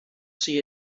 see